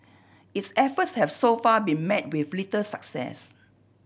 its efforts have so far been met with little success